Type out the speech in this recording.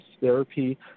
therapy